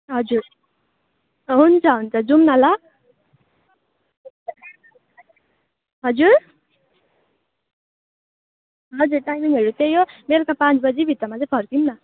हजुर हुन्छ हुन्छ जाऔँ न ल हजुर हजुर टाइमिङहरू त्यही हो बेलुका पाँच बजी भित्रमा फर्कौँ न